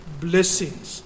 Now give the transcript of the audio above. blessings